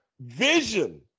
vision